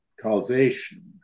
causation